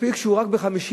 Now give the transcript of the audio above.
מספיק שהוא נכון רק ב-50%,